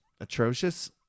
Atrocious